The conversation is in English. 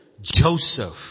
Joseph